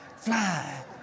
fly